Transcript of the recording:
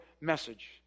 message